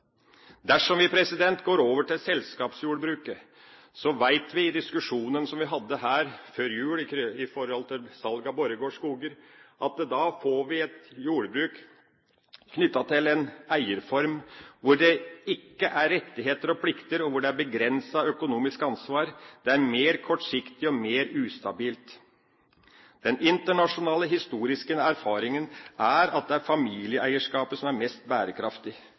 Dersom vi går over til selskapsjordbruket, vet vi fra diskusjonen som vi hadde her før jul i forhold til salg av Borregaard Skoger, at da får vi et jordbruk knyttet til en eierform hvor det ikke er rettigheter og plikter, og hvor det er begrenset økonomisk ansvar. Det er mer kortsiktig og mer ustabilt. Den internasjonale historiske erfaringen er at det er familieeierskapet som er mest bærekraftig,